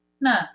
No